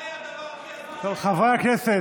חברי הכנסת.